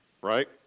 right